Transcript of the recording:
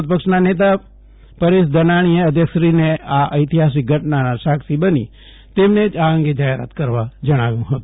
વિરોધ પક્ષના નેતા પરેશ ધાનાણીએ અધ્યક્ષશ્રી ને આ ઐતિહાસિક ઘટનાના સાક્ષી બની તેમને જ આ અંગે જાહેરાત કરવા જણાવ્યું હતું